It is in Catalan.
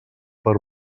per